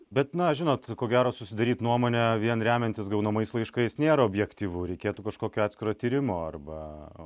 bet na žinot ko gero susidaryt nuomonę vien remiantis gaunamais laiškais nėra objektyvu reikėtų kažkokio atskiro tyrimo arba